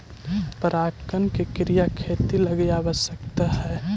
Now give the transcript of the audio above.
परागण के क्रिया खेती लगी आवश्यक हइ